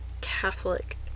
catholic